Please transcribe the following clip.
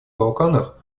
балканах